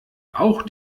auch